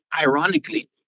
ironically